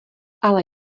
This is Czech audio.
ale